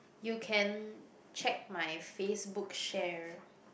you can check my Facebook share